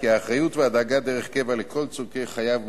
כי האחריות והדאגה דרך קבע לכל צורכי חייו,